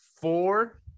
four